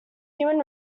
human